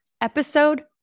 episode